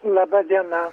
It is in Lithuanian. laba diena